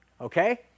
okay